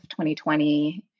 2020